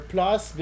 Plus